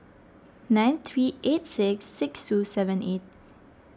nine three eight six six two seven eight